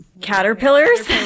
caterpillars